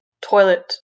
toilet